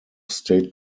state